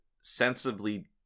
sensibly